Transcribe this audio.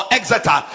Exeter